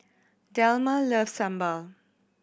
Delma loves sambal